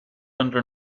under